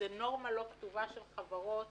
איזו נורמה לא כתובה של חברות